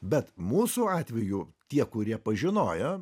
bet mūsų atveju tie kurie pažinojo